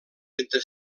entre